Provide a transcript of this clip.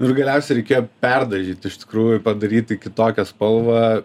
nu ir galiausiai reikėjo perdažyt iš tikrųjų padaryti kitokią spalvą